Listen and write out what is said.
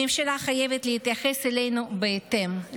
הממשלה חייבת להתייחס אלינו בהתאם,